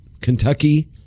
Kentucky